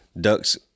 ducks